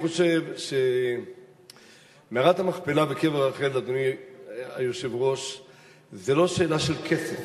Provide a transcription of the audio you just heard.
אני חושב שמערת המכפלה וקבר רחל זה לא שאלה של כסף.